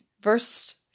verse